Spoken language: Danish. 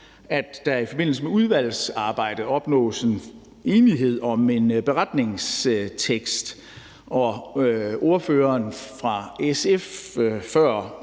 at der i forbindelse med udvalgsarbejdet opnås en enighed om en beretningstekst. Ordføreren for SF